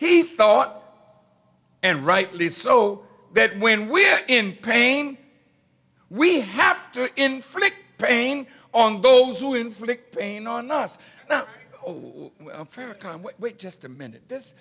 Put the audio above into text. he thought and rightly so that when we are in pain we have to inflict pain on those who inflict pain on us oh wait just a minute this